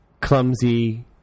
clumsy